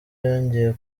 yongeye